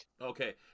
Okay